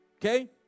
Okay